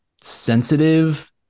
sensitive